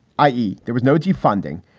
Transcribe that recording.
i e. there was no defunding,